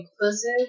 inclusive